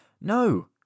No